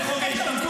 זה חוק ההשתמטות.